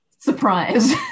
surprise